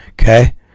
Okay